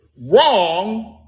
wrong